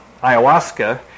ayahuasca